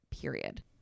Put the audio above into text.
period